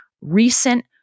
recent